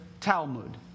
Talmud